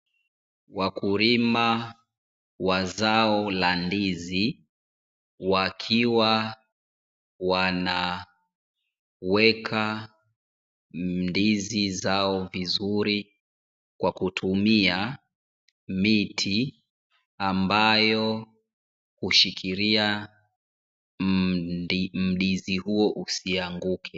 Wakulima wa zao la ndizi, wakiwa wanaweka ndizi zao vizuri kwa kutumia miti ambayo hushikilia mgomba huo usianguke.